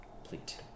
complete